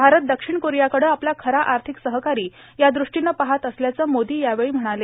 भारत दक्षिण कोरियाकडं आपला खरा आर्थिक सहकारी या दृष्टीनं पाहत असल्याचं मोदी यावेळी म्हणाले